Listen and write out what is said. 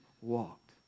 walked